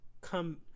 come